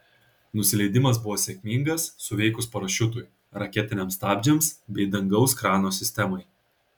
nusileidimas buvo sėkmingas suveikus parašiutui raketiniams stabdžiams bei dangaus krano sistemai